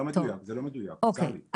צר לי טוב,